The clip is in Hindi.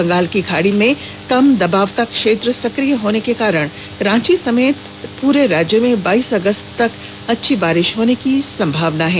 बंगाल की खाड़ी में कम दबाव का क्षेत्र सकिय होने के कारण रांची समेत पूरे राज्य में बाइस अगस्त तक अच्छी बारिश होने की संभावना है